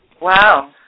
Wow